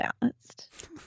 balanced